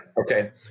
Okay